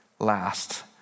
Last